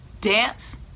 dance